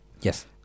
Yes